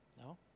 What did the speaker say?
No